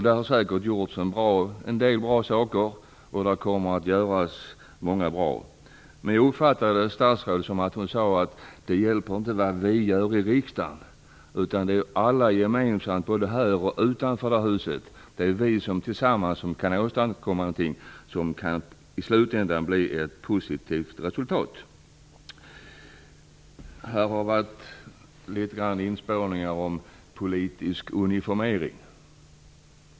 Det har säkert gjorts en del bra saker. Det kommer att göras många bra saker. Men jag uppfattade statsrådet som att hon sade att det inte hjälper vad vi gör i riksdagen, utan att det är alla gemensamt, både här och utanför detta hus, som tillsammans kan åstadkomma någonting som i slutändan kan ge ett positivt resultat. Det har pratats litet grand om politisk uniformering.